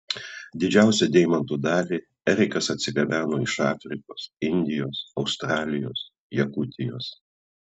didžiausią deimantų dalį erikas atsigabeno iš afrikos indijos australijos jakutijos